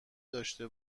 داشته